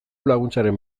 laguntzaren